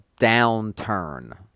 downturn